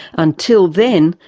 until then,